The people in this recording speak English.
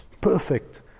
Perfect